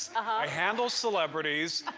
i handle celebrities.